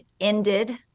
ended